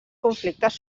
conflictes